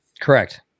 Correct